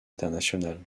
internationale